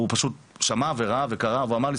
הוא שמע וראה וקרא והוא אמר לי,